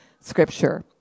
scripture